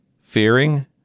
Fearing